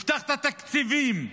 הבטחת תקציבים,